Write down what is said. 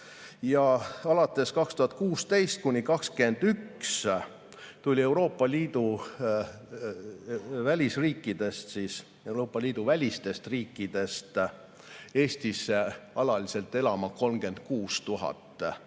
Aastatel 2016–2021 tuli Euroopa Liidu välistest riikidest Eestisse alaliselt elama 36 000